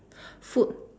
food